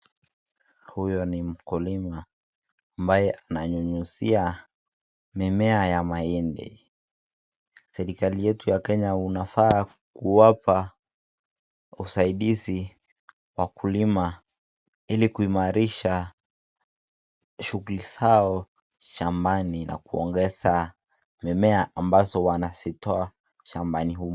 Huyu ni mkulima ambaye ananyunyizia mimea ya mahindi. Serikali yetu ya Kenya inafaa kuwapa usaidizi wakulima ili kuimarisha shughuli zao za shambani na kuongeza mimea ambayo wanaitoa shambani humo.